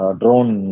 drone